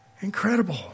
Incredible